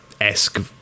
esque